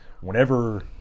whenever